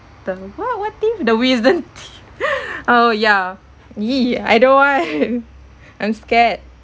the what what thing the wisdom te~ oh ya !ee! I don't want I'm scared